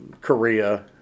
Korea